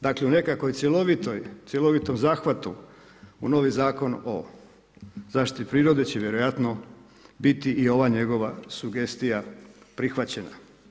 Dakle, u nekakvom cjelovitom zahvatu u novi Zakon o zaštiti prirode će vjerojatno biti i ova njega sugestija prihvaćena.